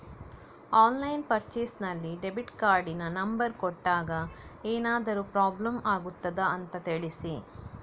Online purchase ನಲ್ಲಿ debit ಕಾರ್ಡಿನ number ಕೊಟ್ಟಾಗ ಏನಾದರೂ ಪ್ರಾಬ್ಲಮ್ ಆಗುತ್ತದ ಅಂತ ತಿಳಿಸಿ?